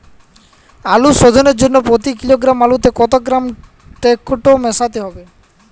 আলু শোধনের জন্য প্রতি কিলোগ্রাম আলুতে কত গ্রাম টেকটো মেশাতে হবে?